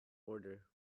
order